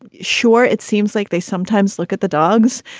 sure, it seems like they sometimes look at the dogs,